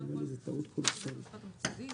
לפועל שבתחום שיפוטו של בית המשפט המחוזי,